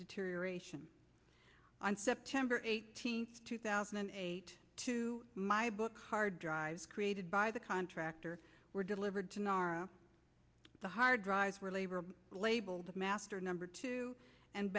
deterioration on september eighteenth two thousand and eight to my book hard drives created by the contractor were delivered to nara the hard drives were labor labeled master number two and